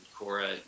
Cora